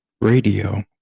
radio